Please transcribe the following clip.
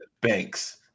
Banks